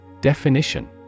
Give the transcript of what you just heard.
Definition